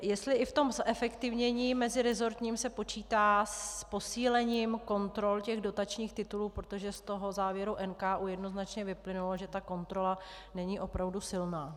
Jestli i v tom zefektivnění meziresortním se počítá s posílením kontrol těch dotačních titulů, protože z toho závěru NKÚ jednoznačně vyplynulo, že ta kontrola není opravdu silná.